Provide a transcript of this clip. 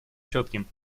четким